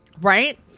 right